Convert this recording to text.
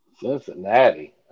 Cincinnati